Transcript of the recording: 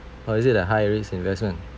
or is it a high risk investment